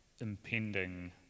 impending